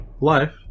Life